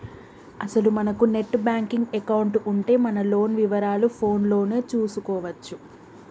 అసలు మనకు net banking account ఉంటే మన లోన్ వివరాలు ఫోన్ లోనే చూసుకోవచ్చు